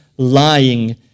lying